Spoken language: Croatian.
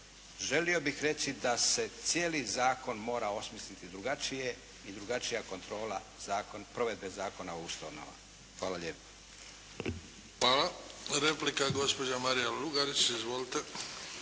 želio bih reći da se cijeli zakon mora osmisliti drugačije i drugačija provedbe Zakona o ustanovama. Hvala lijepa. **Bebić, Luka (HDZ)** Hvala. Replika gospođa Marija Lugarić. Izvolite.